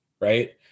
right